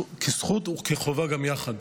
כזכות וכחובה גם יחד.